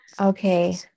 Okay